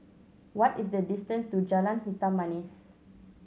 what is the distance to Jalan Hitam Manis